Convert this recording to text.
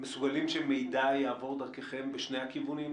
מסוגלים שמידע יעבור דרככם בשני הכיוונים?